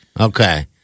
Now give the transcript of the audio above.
Okay